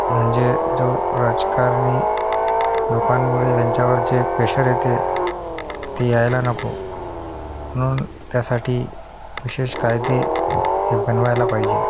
म्हणजे जो राजकारणी लोकांमुळे त्यांच्यावर जे प्रेशर येते ते यायला नको म्हणून त्यासाठी विशेष कायदे हे बनवायला पाहिजे